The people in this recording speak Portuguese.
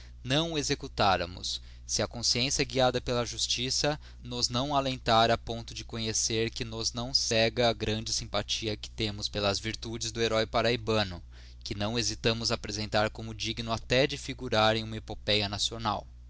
não o executáramos se a consciência guiada pela justiça nos não alentara a ponto de conhecer que nos não cega a grande sympaiihia que temos pelas virtudes do heróe parahybano digiti zedby google que dão hesitamos apresentar como digno até de figurar em uma epopéa nacional